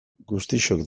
guztiok